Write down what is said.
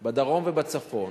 בדרום ובצפון,